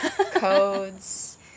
...codes